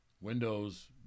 Windows